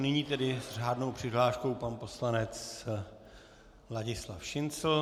Nyní tedy s řádnou přihláškou pan poslanec Ladislav Šincl.